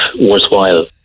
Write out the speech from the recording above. worthwhile